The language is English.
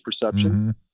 perception